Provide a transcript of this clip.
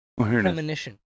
premonition